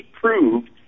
proved